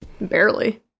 Barely